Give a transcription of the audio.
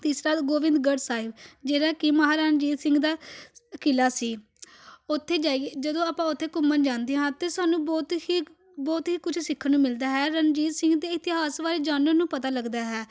ਤੀਸਰਾ ਗੋਬਿੰਦਗੜ੍ਹ ਸਾਹਿਬ ਜਿਹੜਾ ਕਿ ਮਹਾਰਾਜਾ ਰਣਜੀਤ ਸਿੰਘ ਦਾ ਕਿਲ੍ਹਾ ਸੀ ਉੱਥੇ ਜਾਈ ਜਦੋਂ ਆਪਾਂ ਉੱਥੇ ਘੁੰਮਣ ਜਾਂਦੇ ਹਾਂ ਤਾਂ ਸਾਨੂੰ ਬਹੁਤ ਹੀ ਬਹੁਤ ਹੀ ਕੁਝ ਸਿੱਖਣ ਨੂੰ ਮਿਲਦਾ ਹੈ ਰਣਜੀਤ ਸਿੰਘ ਦੇ ਇਤਿਹਾਸ ਬਾਰੇ ਜਾਣਨ ਨੂੰ ਪਤਾ ਲੱਗਦਾ ਹੈ